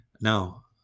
Now